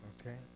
Okay